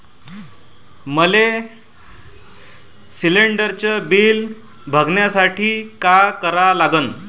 मले शिलिंडरचं बिल बघसाठी का करा लागन?